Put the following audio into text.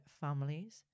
families